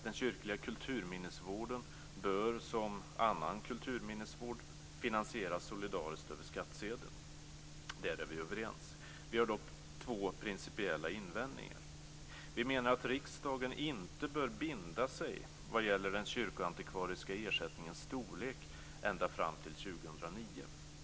Den kyrkliga kulturminnesvården bör som annan kulturminnesvård finansieras solidariskt över skattsedeln. Där är vi överens. Vi har dock två principiella invändningar. Vi menar att riksdagen inte bör binda sig vad gäller den kyrkoantikvariska ersättningens storlek ända fram till år 2009.